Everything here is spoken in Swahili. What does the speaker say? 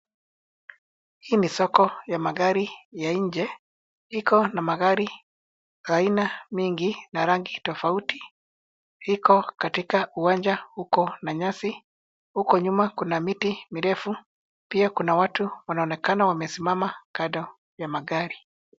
Hii ni soko ya magari ya nje ukiwa na magari aina mingi na rangi tofauti. Iko katika uwanja huko na nyasi. Huko nyuma kuna miti mirefu . Pia kuna watu wanaonekana wamesimama kando ya magari.